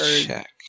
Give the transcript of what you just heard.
check